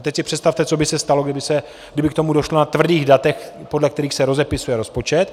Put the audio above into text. Teď si představte, co by se stalo, kdyby k tomu došlo na tvrdých datech, podle kterých se rozepisuje rozpočet.